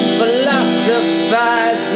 philosophize